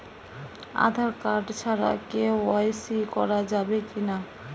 Aadhaar card ছাড়া KYC করা যাবে কি না?